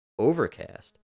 Overcast